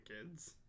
kids